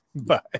Bye